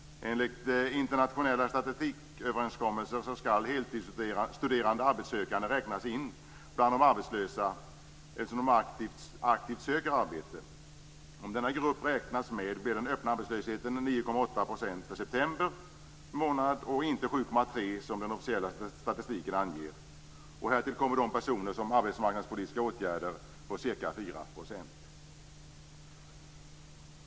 Enligt internationella statistiköverenskommelser skall heltidsstuderande arbetssökande räknas in bland de arbetslösa eftersom de aktivt söker arbete. Om denna grupp räknas med blir den öppna arbetslösheten 9,8 % för september månad och inte 7,3 % som den officiella statistiken anger. Härtill kommer personer i arbetsmarknadspolitiska åtgärder på ca 4 %.